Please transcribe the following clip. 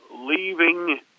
leaving